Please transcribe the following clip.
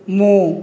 ମୁଁ